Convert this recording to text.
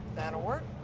that'll work.